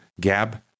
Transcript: Gab